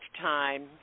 time